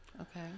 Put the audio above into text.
Okay